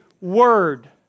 Word